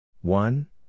One